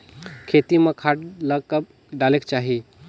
खेती म खाद ला कब डालेक चाही?